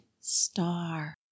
Star